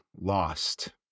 lost